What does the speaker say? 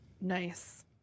Nice